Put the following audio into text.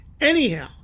Anyhow